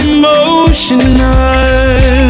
emotional